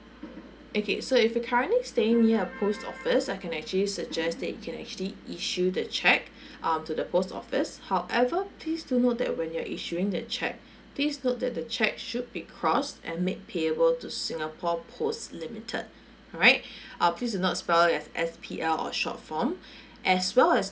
okay so if you're currently staying near a post office I can actually suggest that you can actually issue the check um to the post office however please do note that when you're issuing the check please note that the check should be crossed and made payable to singapore post limited right uh please do not spell as S P L or short form as well as